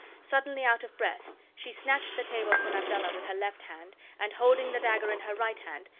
suddenly, out of breath, she snatched the tabor from abdallah with her left hand, and, holding the dagger in her right hand,